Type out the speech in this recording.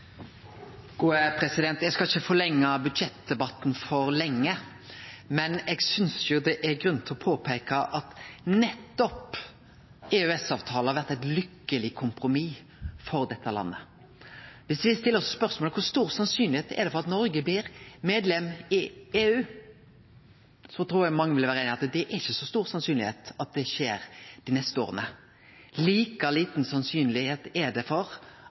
grunn til å påpeike at nettopp EØS-avtalen har vore eit lykkeleg kompromiss for dette landet. Viss me stiller oss spørsmålet om kor stort sannsyn det er for at Noreg blir medlem i EU, trur eg mange vil vere einige i at det ikkje er så stort sannsyn for at det skjer dei neste åra. Like lite sannsyn er det for